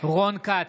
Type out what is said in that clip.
רון כץ,